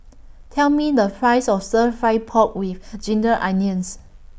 Tell Me The Price of Stir Fry Pork with Ginger Onions